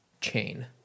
chain